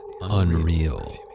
unreal